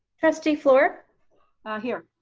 trustee fluor here.